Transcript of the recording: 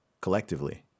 collectively